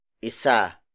ISA